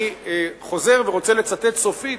אני חוזר ורוצה לצטט פעם